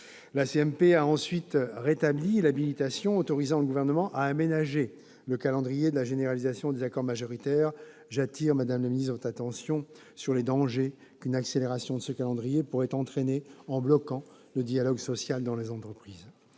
La CMP a ensuite rétabli l'habilitation autorisant le Gouvernement à aménager le calendrier de la généralisation des accords majoritaires. J'attire votre attention, madame la ministre, sur les dangers qu'une accélération de ce calendrier pourrait entraîner, en bloquant le dialogue social dans les entreprises.